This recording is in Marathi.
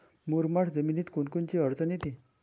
मुरमाड जमीनीत कोनकोनची अडचन येते?